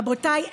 רבותיי,